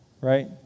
right